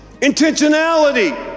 intentionality